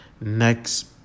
next